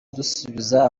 dusubiza